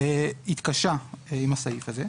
התקשה עם הסעיף הזה,